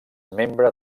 membre